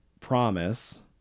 promise